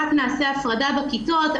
רק נעשה הפרדה בכיתות,